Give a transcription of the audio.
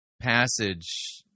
passage